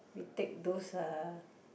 we take those uh